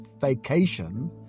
vacation